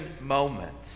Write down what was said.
moment